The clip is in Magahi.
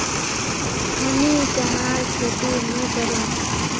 हमीं चनार खेती नी करुम